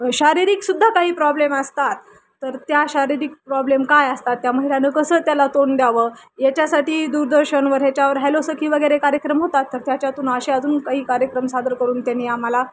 शारीरिकसुद्धा काही प्रॉब्लेम असतात तर त्या शारीरिक प्रॉब्लेम काय असतात त्या महिलांनं कसं त्याला तोंड द्यावं याच्यासाठी दूरदर्शनवर ह्याच्यावर हॅलो सखी वगैरे कार्यक्रम होतात तर त्याच्यातून असे अजून काही कार्यक्रम सादर करून त्यांनी आम्हाला